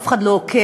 אף אחד לא עוקב.